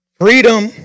Freedom